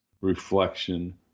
reflection